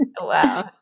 Wow